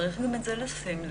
צריך גם לזה לשים לב.